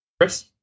Chris